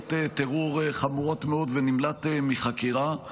בעבירות טרור חמורות מאוד ונמלט מחקירה.